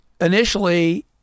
initially